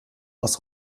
aus